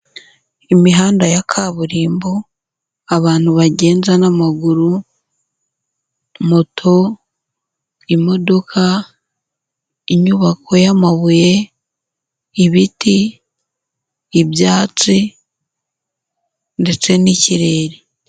Imihanda ya kaburimbo, abantu bagenda n'amaguru, moto, imodoka, inyubako y'amabuye, ibiti, ibyatsi ndetse n'ikirere.